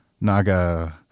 naga